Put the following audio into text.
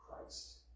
christ